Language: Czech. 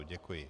Děkuji.